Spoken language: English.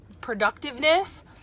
productiveness